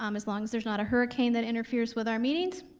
um as long as there's not a hurricane that interferes with our meetings.